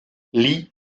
lit